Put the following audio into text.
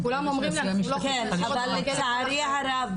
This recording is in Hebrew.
כן אבל לצערי הרב,